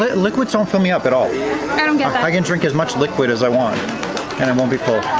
liquids don't fill me up at all. i don't get that. i can drink as much liquid as i want kind of won't be full.